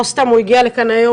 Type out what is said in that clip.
לא סתם הוא הגיע לכאן היום,